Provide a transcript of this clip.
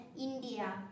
India